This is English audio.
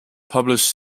published